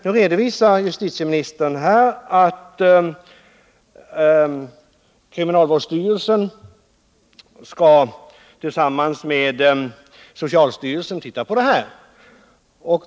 Nu redovisar justitieministern att kriminalvårdsstyrelsen skall tillsammans med socialstyrelsen se på detta.